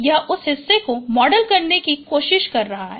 यह उस हिस्से को मॉडल करने की कोशिश कर रहा है